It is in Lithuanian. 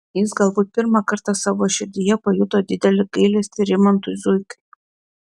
jis galbūt pirmą kartą savo širdyje pajuto didelį gailestį rimantui zuikai